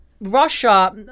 Russia